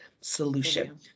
solution